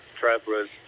travelers